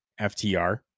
FTR